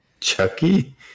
Chucky